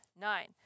Nine